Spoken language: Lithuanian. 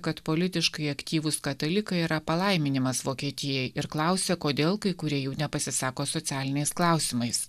kad politiškai aktyvūs katalikai yra palaiminimas vokietijai ir klausė kodėl kai kurie jų nepasisako socialiniais klausimais